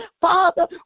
Father